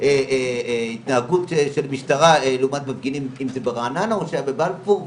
התנהגות של המשטרה למפגינים ברעננה או שהיו בבלפור,